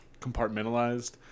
compartmentalized